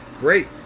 Great